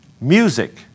Music